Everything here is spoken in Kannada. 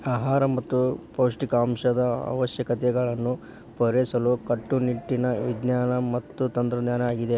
ಆಹಾರ ಮತ್ತ ಪೌಷ್ಟಿಕಾಂಶದ ಅವಶ್ಯಕತೆಗಳನ್ನು ಪೂರೈಸಲು ಕಟ್ಟುನಿಟ್ಟಿನ ವಿಜ್ಞಾನ ಮತ್ತ ತಂತ್ರಜ್ಞಾನ ಆಗಿದೆ